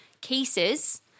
cases